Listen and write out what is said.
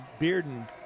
Bearden